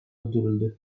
öldürüldü